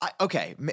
Okay